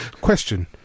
question